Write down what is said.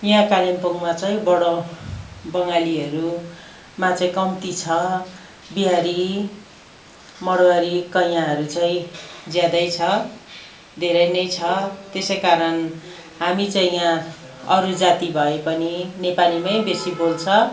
यहाँ कालिम्पोङमा चाहिँ बाट बङ्गालीहरू मा चाहिँ कम्ती छ बिहारी माडबारी कैयाँहरू चाहिँ ज्यादै छ धेरै नै छ त्यसै कारण हामी चाहिँ यहाँ अरू जाति भए पनि नेपालीमै बेसी बोल्छ